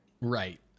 Right